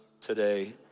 today